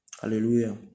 Hallelujah